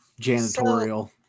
janitorial